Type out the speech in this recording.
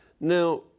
Now